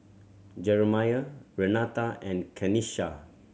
Jeramiah Renata and Kenisha